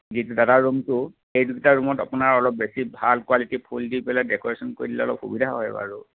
যিটো দাদাৰ ৰুমটো সেই দুটা ৰুমত আপোনাৰ অলপ বেছি ভাল কোৱালিটিৰ ফুল দি পেলাই ডেক'ৰেচন কৰি দিলে অলপ সুবিধা হয় আৰু আৰু